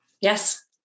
Yes